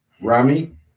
Rami